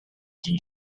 king